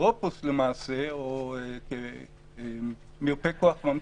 כאפוטרופוס למעשה או כמיופה כוח ממשיך,